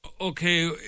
Okay